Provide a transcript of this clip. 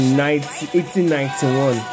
1891